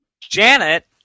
Janet